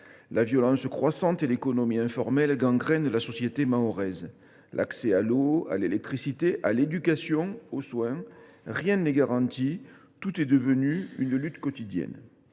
La violence, croissante, et l’économie informelle gangrènent la société mahoraise. Accès à l’eau, à l’électricité, à l’éducation ou encore aux soins : rien n’est garanti, tout est devenu l’objet de luttes quotidiennes.